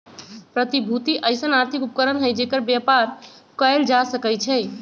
प्रतिभूति अइसँन आर्थिक उपकरण हइ जेकर बेपार कएल जा सकै छइ